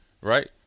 right